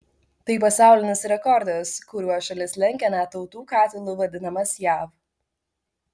tai pasaulinis rekordas kuriuo šalis lenkia net tautų katilu vadinamas jav